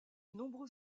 nombreux